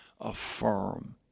affirm